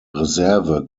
reserve